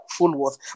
Fullworth